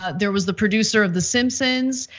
ah there was the producer of the simpsons.